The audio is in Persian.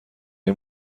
این